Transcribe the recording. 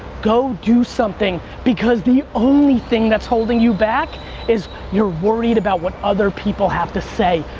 go do something because the only thing that's holding you back is you're worried about what other people have to say.